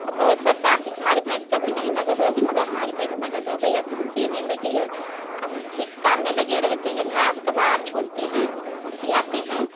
हम बहुत परेशानी थे कि हमारी भैंस कभी नहीं नगद होएगी मगर हमारी भैंस नगद हो गई और दूध देने लगी है अब उसी के काम में लगे रहते हैं घास कबार छोलते हैं खियाते हैं